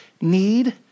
need